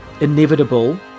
inevitable